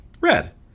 red